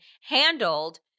handled